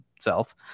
self